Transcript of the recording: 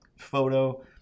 photo